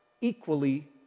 equally